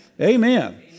Amen